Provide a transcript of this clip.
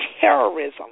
terrorism